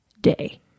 day